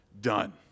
Done